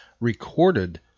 recorded